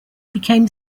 became